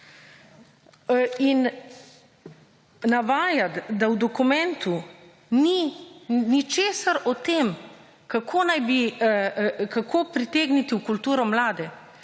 In navajati, da v dokumentu ni ničesar o tem kako naj bi, kako pritegniti v kulturo mlade,